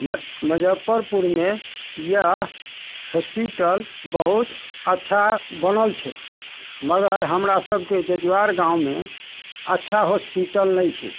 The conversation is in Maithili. मज मुजफ्फपुरमे इएह हॉस्पिटल बहुत अच्छा बनल छै मगर हमरासबके जजुआर गाममे अच्छा हॉस्पिटल नहि छै